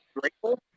Grateful